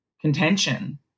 contention